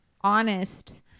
honest